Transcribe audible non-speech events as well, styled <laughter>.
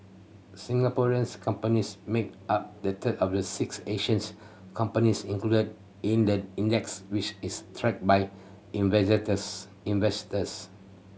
Singaporeans companies make up the third of the six Asians companies included in the index which is tracked by <unintelligible> investors